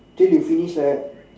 till you finish like that